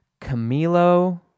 Camilo